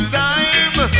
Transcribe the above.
time